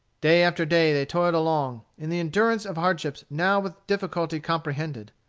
day after day they toiled along, in the endurance of hardships now with difficulty comprehended.